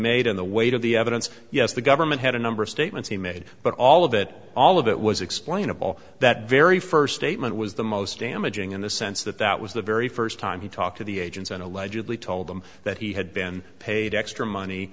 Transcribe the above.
made in the weight of the evidence yes the government had a number of statements he made but all of it all of it was explainable that very first statement was the most damaging in the sense that that was the very first time he talked to the agents and allegedly told them that he had been paid extra money